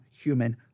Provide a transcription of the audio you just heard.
human